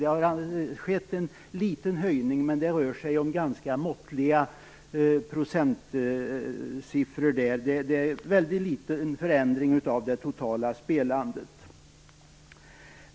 Det har skett en liten höjning, men det rör sig om ganska måttliga procentsiffror. Det är fråga om väldigt litet förändringar av det totala spelandet.